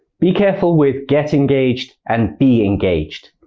be careful with get engaged and be engaged.